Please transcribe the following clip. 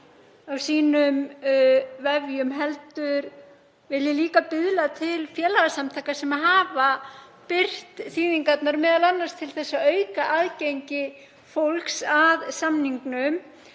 á sínum vefjum heldur vil ég líka biðla til félagasamtaka sem hafa birt þýðingarnar, m.a. til að auka aðgengi fólks að samningnum,